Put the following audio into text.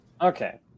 Okay